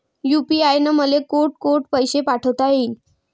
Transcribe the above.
UPI न मले कोठ कोठ पैसे पाठवता येईन?